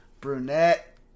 brunette